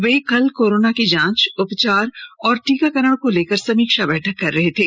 वे कल कोरोना की जांच उपचार और टीकाकरण को लेकर समीक्षा बैठक कर रहे थे